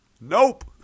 Nope